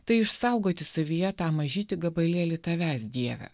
tai išsaugoti savyje tą mažytį gabalėlį tavęs dieve